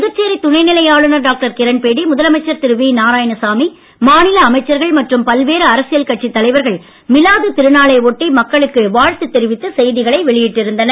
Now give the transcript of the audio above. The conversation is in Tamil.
புதுச்சேரி துணை நிலை ஆளுநர் டாக்டர் கிரண்பேடி முதலமைச்சர் திரு வி நாராயணசாமி மாநில அமைச்சர்கள் மற்றும் பல்வேறு அரசியல் கட்சித் தலைவர்கள் மிலாது திருநாளை ஒட்டி மக்களுக்கு வாழ்த்து தெரிவித்து செய்திகளை வெளியிட்டு இருந்தனர்